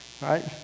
right